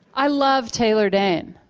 i love taylor dayne